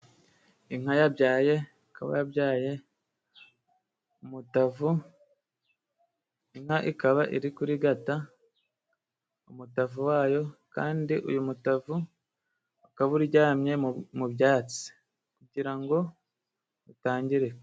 Inka yabyaye ikaba yabyaye umutavu. Inka ikaba iri kurigata umutavu wayo kandi uyu mutavu ukaba uryamye mu byatsi kugira ngo utangirika.